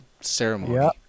ceremony